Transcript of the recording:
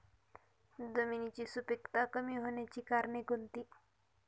जमिनीची सुपिकता कमी होण्याची कारणे कोणती?